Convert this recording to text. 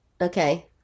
okay